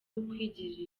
ukwigirira